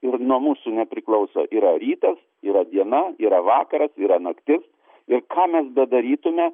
ir nuo mūsų nepriklauso yra rytas yra diena yra vakaras yra naktis ir ką mes bedarytume